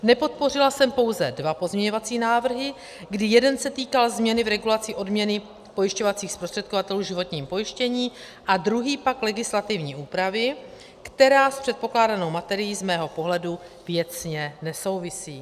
Nepodpořila jsem pouze dva pozměňovací návrhy, kdy jeden se týkal změny v regulaci odměny pojišťovacích zprostředkovatelů v životním pojištění a druhý pak legislativní úpravy, která s předpokládanou materií z mého pohledu věcně nesouvisí.